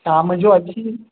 शाम जो अची